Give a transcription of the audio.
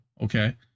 Okay